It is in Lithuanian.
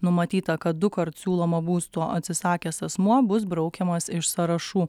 numatyta kad dukart siūlomo būsto atsisakęs asmuo bus braukiamas iš sąrašų